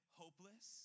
hopeless